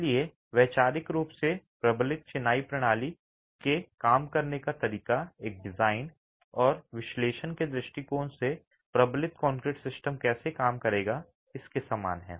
इसलिए वैचारिक रूप से प्रबलित चिनाई प्रणाली के काम करने का तरीका एक डिजाइन और विश्लेषण के दृष्टिकोण से प्रबलित कंक्रीट सिस्टम कैसे काम करेगा इसके समान है